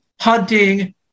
hunting